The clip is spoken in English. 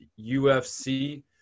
UFC